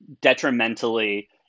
detrimentally